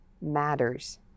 matters